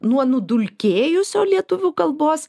nuo nudulkėjusio lietuvių kalbos